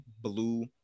blue